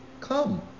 come